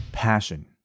passion